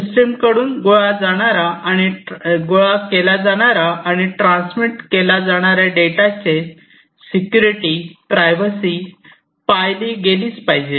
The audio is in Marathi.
सिस्टम कडून गोळा केला जाणारा आणि ट्रान्समिट केला जाणारा डेटाचे सिक्युरिटी प्रायव्हसी पाळली गेली पाहिजे